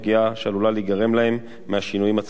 שעלולה להיגרם להם מהשינויים הצפויים.